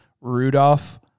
Rudolph